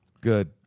Good